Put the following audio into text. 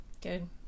Good